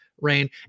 rain